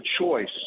choice